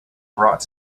brought